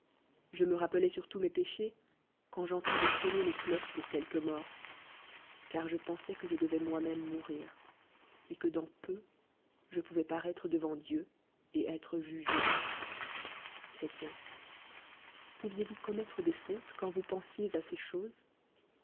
je me rappelbis surtoot mes péchés quand j'entend ois sooner les cloches pour q uelque mort car je pen ois que je devois moi-même mourir et que dans pen je pouvqïs paraitrc devant dieu et être jugé chrél pouviezzvoas commetl e des fautes quand vous pensiez à ces çhose